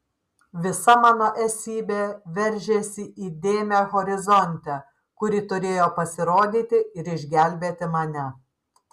visa mano esybė veržėsi į dėmę horizonte kuri turėjo pasirodyti ir išgelbėti mane